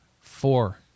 Four